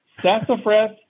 Sassafras